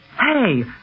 Hey